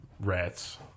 rats